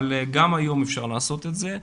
אבל גם היום אפשר לעשות את זה.